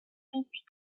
beach